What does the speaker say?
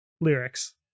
lyrics